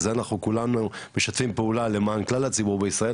אנחנו כולנו משתפים פעולה למען כלל הציבור בישראל,